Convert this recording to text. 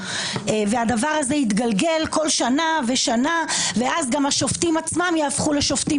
כשהדבר הזה יתגלגל כל שנה ושנה כך שגם השופטים עצמם יהפכו לשופטים